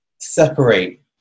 separate